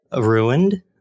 ruined